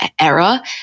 era